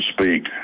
speak